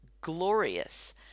glorious